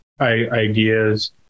ideas